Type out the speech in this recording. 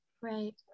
right